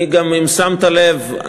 אם שמת לב,